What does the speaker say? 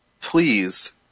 please